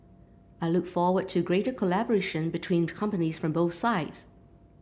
I look forward to greater collaboration between companies from both sides